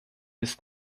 ist